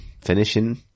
finishing